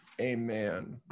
Amen